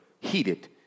heated